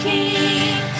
King